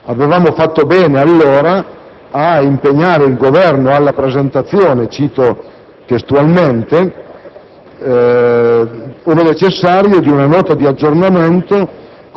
Avevamo fatto bene allora ad impegnare il Governo alla presentazione - cito testualmente - «ove necessario, di una Nota di aggiornamento